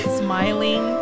smiling